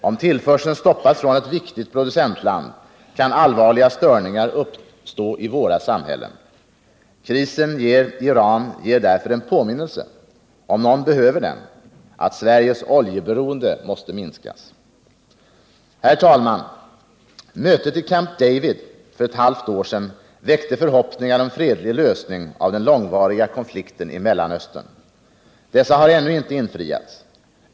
Om tillförseln stoppas från ett viktigt producentland, kan allvarliga störningar uppstå i våra samhällen. Krisen i Iran ger därför en påminnelse — om någon behöver den — om att Sveriges oljeberoende måste minskas. Herr talman! Mötet i Camp David för ett halvt år sedan väckte förhoppningar om en fredlig lösning av den långvariga konflikten i Mellanöstern. Dessa har ännu inte infriats.